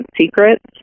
secrets